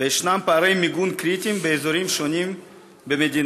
וישנם פערי מיגון קריטיים באזורים שונים במדינה.